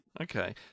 okay